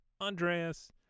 Andreas